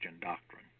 doctrine